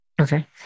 Okay